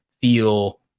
feel